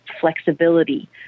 flexibility